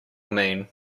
mean